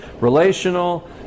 relational